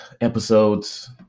episodes